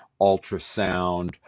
ultrasound